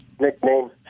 nickname